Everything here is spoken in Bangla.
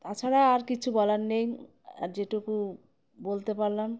তাছাড়া আর কিছু বলার নেই আর যেটুকু বলতে পারলাম